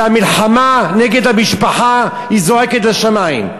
והמלחמה נגד המשפחה זועקת לשמים.